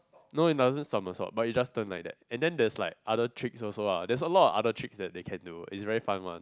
no you must somersault but you just turn like that and then there's like other tricks also ah there is a lot of other tricks they can do is very fun one